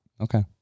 okay